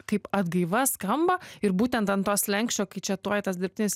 kaip atgaiva skamba ir būtent ant to slenksčio kai čia tuoj tas dirbtinis